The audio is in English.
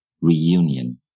Reunion